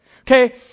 Okay